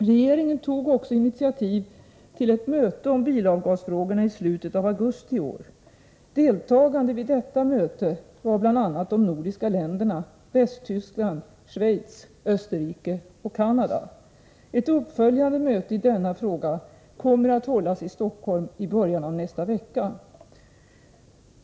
Regeringen tog också initiativ till ett möte om bilavgasfrågorna i slutet av augusti i år. Deltagande vid detta möte var bl.a. de nordiska länderna, Västtyskland, Schweiz, Österrike och Canada. Ett uppföljande möte i denna fråga kommer att hållas i Stockholm i början av nästa vecka.